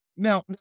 Now